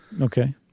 Okay